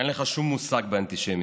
אין לך שום מושג באנטישמיות.